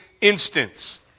instance